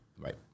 right